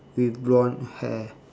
with blonde hair